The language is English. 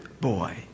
boy